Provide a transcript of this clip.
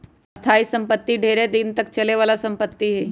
स्थाइ सम्पति ढेरेक दिन तक चले बला संपत्ति हइ